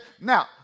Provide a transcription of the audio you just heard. Now